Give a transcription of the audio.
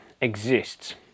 exists